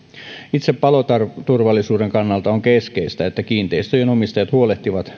itse paloturvallisuuden kannalta on keskeistä että kiinteistöjen omistajat huolehtivat